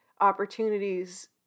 opportunities